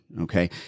Okay